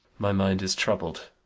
my mind is troubled,